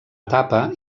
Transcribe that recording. etapa